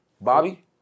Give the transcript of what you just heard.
Bobby